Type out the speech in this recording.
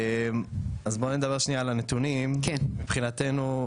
בואו נדבר על הנתונים, מבחינתנו,